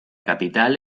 capital